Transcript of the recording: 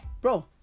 Bro